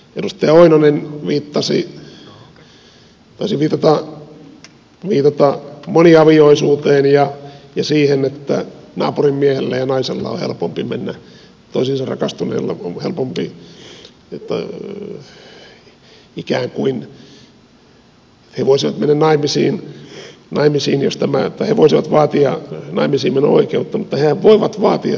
edustaja oinonen taisi viitata moniavioisuuteen ja siihen että naapurin miehellä ja naisella on helpompi mennä toisiinsa rakastuneilla on helpompi ikään kuin he voisivat mennä naimisiin tai he voisivat vaatia naimisiinmeno oikeutta mutta hehän voivat vaatia sitä jo nyt